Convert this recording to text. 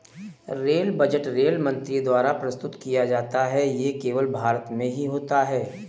rail budget रेल मंत्री द्वारा प्रस्तुत किया जाता है ये केवल भारत में ही होता है